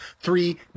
three